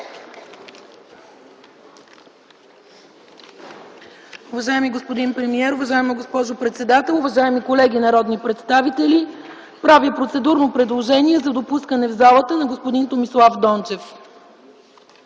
Уважаеми господин премиер, уважаема госпожо председател, уважаеми колеги народни представители, правя процедурно предложение за допускане в залата на господин Томислав Дончев.